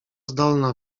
zdolna